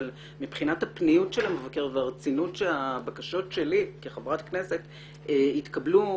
מבחינת הפניות של המבקר והרצינות שהבקשות שלי כחברת כנסת התקבלו,